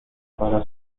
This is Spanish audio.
para